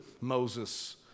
Moses